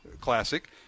classic